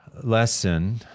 lesson